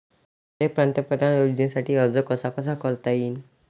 मले पंतप्रधान योजनेसाठी अर्ज कसा कसा करता येईन?